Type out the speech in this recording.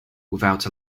without